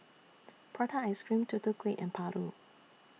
Prata Ice Cream Tutu Kueh and Paru